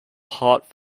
heart